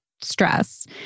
stress